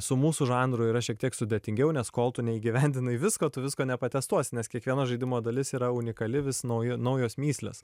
su mūsų žanru yra šiek tiek sudėtingiau nes kol tu neįgyvendinai visko tu visko neprotestuosi nes kiekvieno žaidimo dalis yra unikali vis nauji naujos mįslės